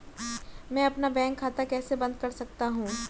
मैं अपना बैंक खाता कैसे बंद कर सकता हूँ?